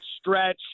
stretch